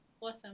Awesome